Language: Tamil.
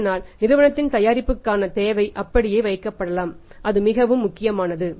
இதனால் நிறுவனத்தின் தயாரிப்புக்கான தேவை அப்படியே வைக்கப்படலாம் அது மிக முக்கியமானது